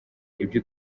ibyo